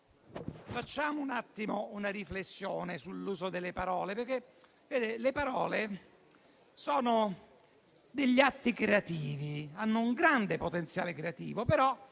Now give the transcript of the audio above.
Facciamo allora una riflessione sull'uso delle parole, perché le parole sono atti creativi, hanno un grande potenziale creativo, possono